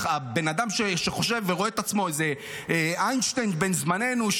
הבן אדם שחושב ורואה את עצמו איזה איינשטיין בן זמננו,